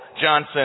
Johnson